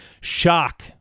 Shock